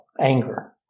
anger